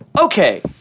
Okay